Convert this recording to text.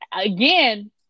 again